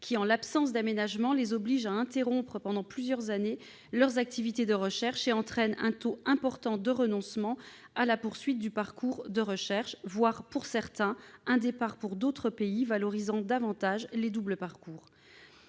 qui, en l'absence d'aménagements, les oblige à interrompre pendant plusieurs années leurs activités de recherche. Les conséquences en sont un taux important de renoncement à la poursuite du parcours de recherche, voire, pour certains, un départ vers des pays valorisant davantage les doubles parcours.